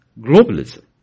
globalism